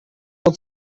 wird